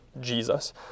Jesus